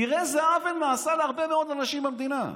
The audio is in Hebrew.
תראה איזה עוול נעשה להרבה מאוד אנשים במדינה.